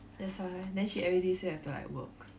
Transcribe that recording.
that's why then she everyday still have to like work